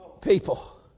people